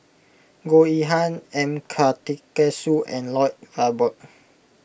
Goh Yihan M Karthigesu and Lloyd Valberg